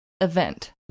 event